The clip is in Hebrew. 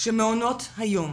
שמעונות היום